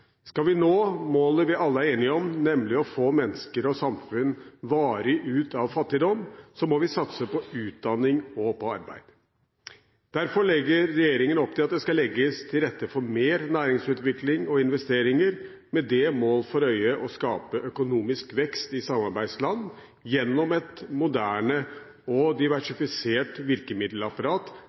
Skal vi nå målene vi alle er enige om, nemlig å få mennesker og samfunn varig ut av fattigdom, må vi satse på utdanning og arbeid. Derfor legger regjeringen opp til at det skal legges til rette for mer næringsutvikling og investeringer, med det mål for øye å skape økonomisk vekst i samarbeidsland gjennom et moderne og diversifisert virkemiddelapparat